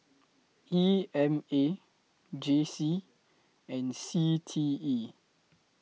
E M A J C and C T E